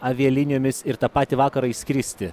avialinijomis ir tą patį vakarą išskristi